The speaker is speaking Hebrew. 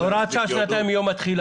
הוראת שעה למשך שנתיים מיום התחילה.